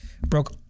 Broke